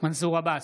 מנסור עבאס,